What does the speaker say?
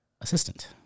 assistant